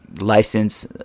License